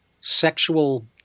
sexual